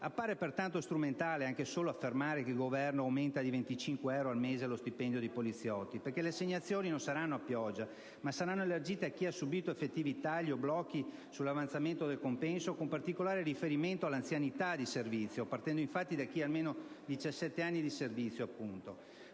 Appare pertanto strumentale anche solo affermare che il Governo «aumenta di 25 euro al mese lo stipendio ai poliziotti», perché le assegnazioni non saranno a pioggia, ma saranno elargite a chi ha subito effettivi tagli o blocchi sull'avanzamento del compenso, con particolare riferimento all'anzianità di servizio, partendo infatti da chi ha almeno 17 anni di servizio.